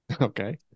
Okay